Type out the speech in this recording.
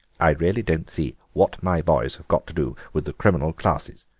i really don't see what my boys have got to do with the criminal classes,